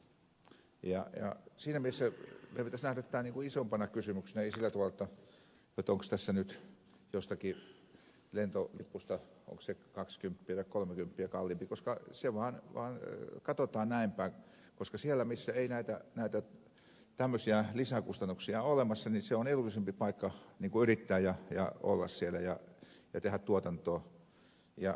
siinä mielessä meidän pitäisi nähdä tämä isompana kysymyksenä ei sillä tavalla onko tässä nyt kyse jostakin lentolipusta onko se kaksikymppiä tai kolmekymppiä kalliimpi koska se vaan katsotaan näinpäin koska se missä ei näitä tämmöisiä lisäkustannuksia ole olemassa on edullisempi paikka yrittää ja olla siellä ja tehdä tuotantoa